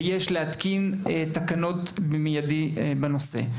ויש להתקין תקנות במיידי בנושא.